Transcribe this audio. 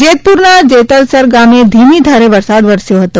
જેતપુરના જેતલસર ગામે ધીમી ધારેવરસાદ વરસ્યો હતો